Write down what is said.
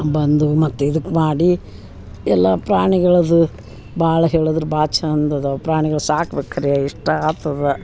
ಬಂದು ಮತ್ತು ಇದಕ್ಕೆ ಮಾಡಿ ಎಲ್ಲ ಪ್ರಾಣಿಗಳದ ಭಾಳ್ ಹೇಳದ್ರ ಭಾಳ್ ಚಂದ ಅದಾವು ಪ್ರಾಣಿಗಳ ಸಾಕ್ಬೇಕು ಕರೆ ಎಷ್ಟು ಆತದ